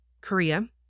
Korea